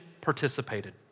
participated